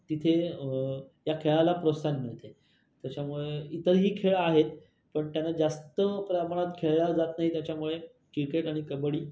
तिथे या खेळाला प्रोत्साहन मिळते त्याच्यामुळे इतरही खेळ आहेत पण त्यांना जास्त प्रमाणात खेळला जात नाही त्याच्यामुळे क्रिकेट आणि कबड्डी